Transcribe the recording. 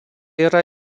yra